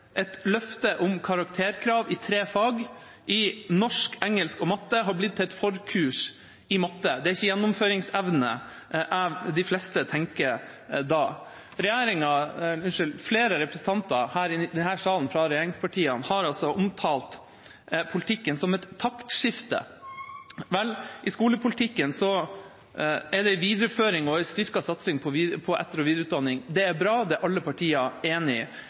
Et løfte om karakterkrav i tre fag – norsk, engelsk og matte – har blitt til et forkurs i matte. Det er ikke gjennomføringsevne de fleste tenker da. Flere representanter fra regjeringspartiene i denne salen har altså omtalt politikken som et taktskifte. I skolepolitikken er det en videreføring og en styrket satsing på etter- og videreutdanning – det er bra, det er alle partier enige i.